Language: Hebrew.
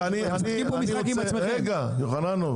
יוחננוף,